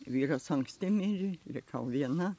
vyras anksti mirė likau viena